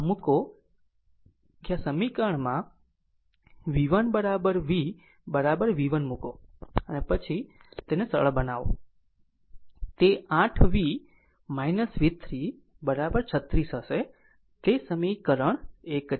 આમ મૂકો કે આ સમીકરણમાં v1 v v1 મૂકો પછી તેને સરળ બનાવો તે 8 v v3 36 હશે તે સમીકરણ 1 છે